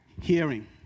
hearing